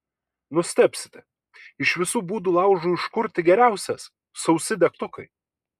nustebsite iš visų būdų laužui užkurti geriausias sausi degtukai